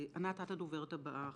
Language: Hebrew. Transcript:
ענת, את הדוברת הבאה אחריה.